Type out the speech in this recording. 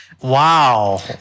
Wow